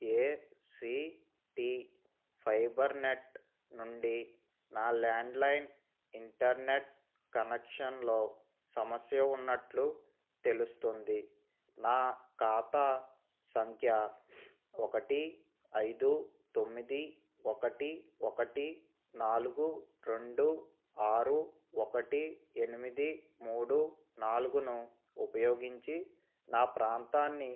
ఏ C T Fibernet నుండి నా landline internet కనెక్షన్లో సమస్య ఉన్నట్లు తెలుస్తుంది నా ఖాతా సంఖ్య ఒకటి ఐదు తొమ్మిది ఒకటి ఒకటి నాలుగు రెండు ఆరు ఒకటి ఎనిమిది మూడు నాలుగును ఉపయోగించి నా ప్రాంతాన్ని